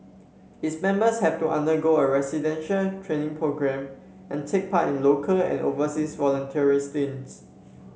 its members have to undergo a residential training programme and take part in local and an overseas volunteering stints